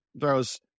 throws